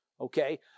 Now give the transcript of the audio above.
okay